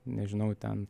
nežinau ten